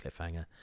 cliffhanger